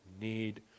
need